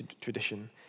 tradition